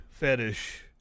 fetish